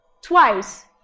twice